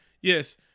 Yes